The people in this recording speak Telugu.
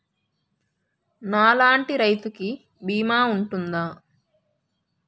నా లాంటి రైతు కి బీమా ఉంటుందా?